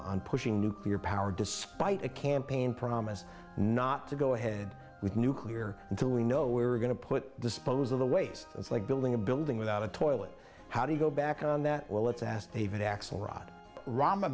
on pushing nuclear power despite a campaign promise not to go ahead with nuclear until we know we were going to put dispose of the waste it's like building a building without a toilet how do you go back on that well let's